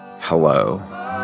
hello